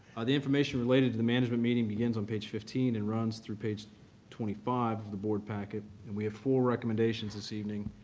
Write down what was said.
the information related to the management meeting begins on page fifteen and runs through page twenty five of the board packet. and we have four recommendations this evening,